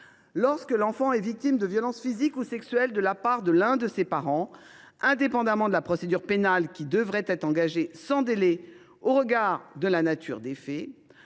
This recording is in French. Lorsque l’enfant est victime de violences physiques ou sexuelles de la part de l’un de ses parents, indépendamment de la procédure pénale qui devrait être engagée sans délai au regard de la nature des faits,